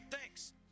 Thanks